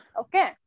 Okay